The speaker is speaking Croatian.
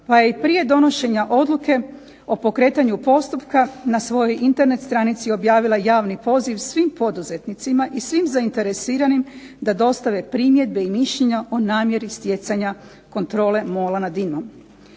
pa je i prije donošenja odluke o pokretanju postupka na svojoj Internet stranici objavila javni poziv svim poduzetnicima i svim zainteresiranim da dostave primjedbe i mišljenja o namjeri stjecanja kontrole MOL-a nad INA-om.